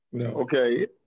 Okay